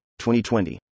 2020